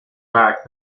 back